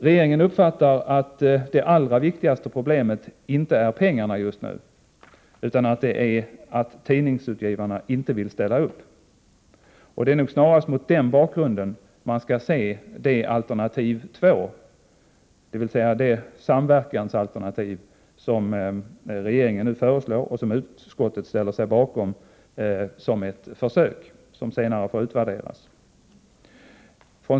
Regeringen uppfattar att det allra viktigaste problemet inte är pengarna just nu utan att tidningsutgivarna inte vill ställa upp. Det är nog snarast mot den bakgrunden man skall se det alternativ två, dvs. ett samverkansalternativ, som regeringen nu föreslår och som utskottet ställer sig bakom som ett försök, vilket senare får utvärderas.